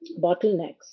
bottlenecks